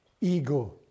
ego